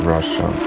Russia